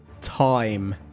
time